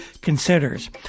considers